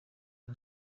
una